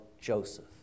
Joseph